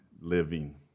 Living